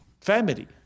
family